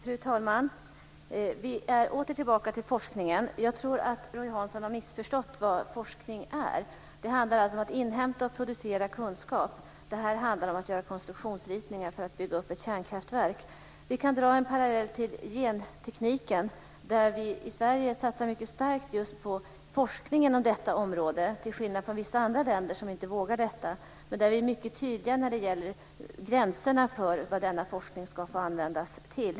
Fru talman! Vi är åter tillbaka till forskningen. Jag tror att Roy Hansson har missförstått vad forskning är. Forskning handlar om att inhämta och producera kunskap. Det här handlar om att göra konstruktionsritningar för att bygga upp ett kärnkraftverk. Vi kan dra en parallell till gentekniken. I Sverige satsar vi starkt på forskningen om detta område till skillnad från vissa andra länder där man inte vågar. Vi är mycket tydliga om gränserna för vad denna forskning får användas till.